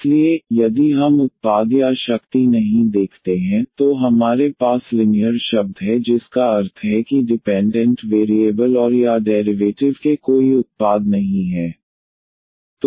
इसलिए यदि हम उत्पाद या शक्ति नहीं देखते हैं तो हमारे पास लिनियर शब्द है जिसका अर्थ है कि डिपेंडेंट वेरिएबल और या डेरिवेटिव के कोई उत्पाद नहीं है